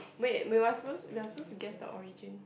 wait we are suppose we are suppose to guess the origin